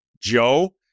Joe